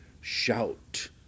shout